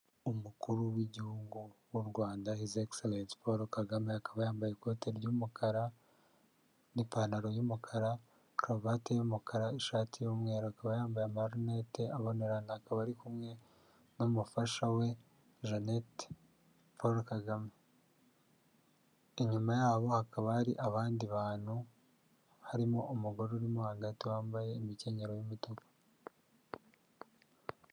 Umukuru w'igihugu w'u Rwanda H.E Paul Kagame, akaba yambaye ikote ry'umukara n'ipantaro y'umukara, karuvati y'umukara, ishati y'umweru, akaba yambaye amarinete abonerana, akaba ari kumwe n'umufasha we Jeannette Paul Kagame, inyuma yabo hakaba hari abandi bantu harimo umugore urimo hagati wambaye imikenyero y'umutuku.